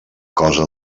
cosa